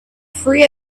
free